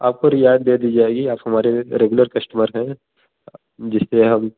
आपको रियायत दे दी जाएगी आप हमारे रेगुलर कष्टमर हैं जिसपे हम